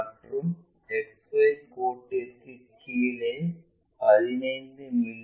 மற்றும் XY கோட்டிற்குக் கீழே 15 மி